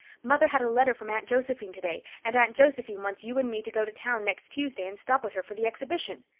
mother had a letter from aunt josephine today, and aunt josephine wants you and me to go to town next tuesday and stop with her for the exhibition.